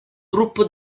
gruppo